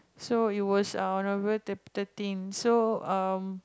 so it was err November thir~ thirteen so err